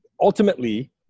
Ultimately